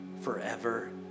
forever